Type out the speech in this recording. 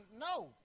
No